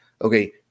okay